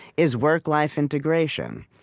is work life integration.